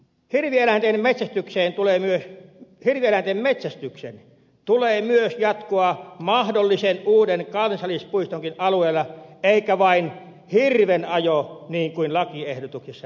eri eläinten metsästyksen tulee myös hirvieläinten metsästyksen tulee myös jatkua mahdollisen uuden kansallispuistonkin alueella eikä vain hirvenajon niin kuin lakiehdotuksessa nyt ehdotetaan